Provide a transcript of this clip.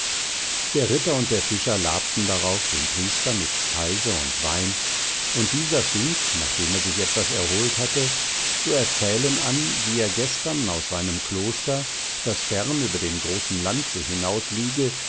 der ritter und der fischer labten darauf den priester mit speise und wein und dieser fing nachdem er sich etwas erholt hatte zu erzählen an wie er gestern aus seinem kloster das fern über den großen landsee hinaus liege